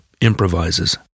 improvises